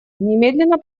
немедленно